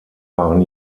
waren